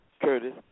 Curtis